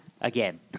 Again